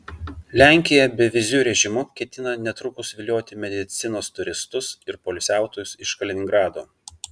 lenkija beviziu režimu ketina netrukus vilioti medicinos turistus ir poilsiautojus iš kaliningrado